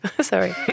sorry